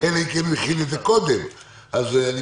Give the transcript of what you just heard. אלא אם כן הוא הכין את זה קודם.